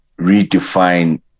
redefine